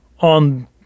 on